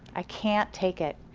i can't take it.